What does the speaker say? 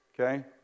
Okay